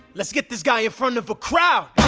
let's get this guy in front of a crowd